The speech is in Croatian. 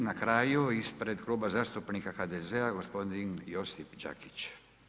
I na kraju ispred Klub zastupnika HDZ-a gospodin Josip Đakić.